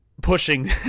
pushing